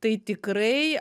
tai tikrai